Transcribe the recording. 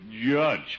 Judge